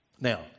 Now